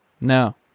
No